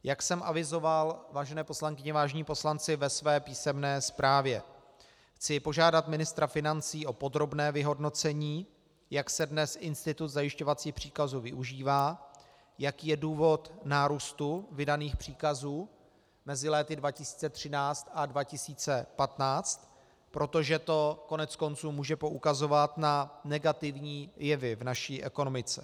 Jak jsem avizoval, vážené poslankyně, vážení poslanci, ve své písemné zprávě, chci požádat ministra financí o podrobné vyhodnocení, jak se dnes institut zajišťovacího příkazu využívá, jaký je důvod nárůstu vydaných příkazů mezi lety 2013 a 2015, protože to, koneckonců, může poukazovat na negativní jevy v naší ekonomice.